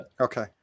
Okay